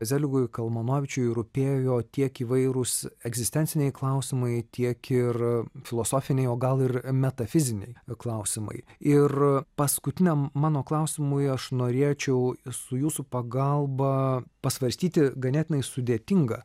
zeligui kalmanovičiui rūpėjo tiek įvairūs egzistenciniai klausimai tiek ir filosofiniai o gal ir metafiziniai klausimai ir paskutiniam mano klausimui aš noriečiau su jūsų pagalba pasvarstyti ganėtinai sudėtingą